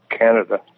Canada